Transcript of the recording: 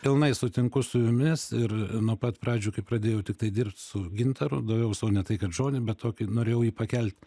pilnai sutinku su jumis ir nuo pat pradžių kai pradėjau tiktai dirbt su gintaru daviau sau ne tai kad žodį bet tokį norėjau jį pakelt